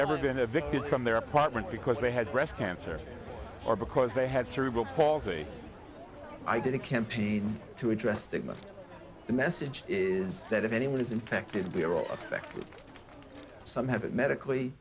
ever been evicted from their apartment because they had breast cancer or because they had cerebral palsy i did a campaign to address them of the message is that if anyone is infected we are all affected some have it medically